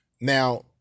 now